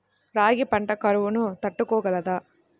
రాగి పంట కరువును తట్టుకోగలదా?